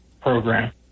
program